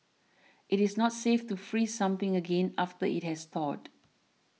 it is not safe to freeze something again after it has thawed